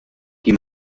die